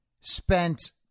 spent